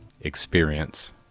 experience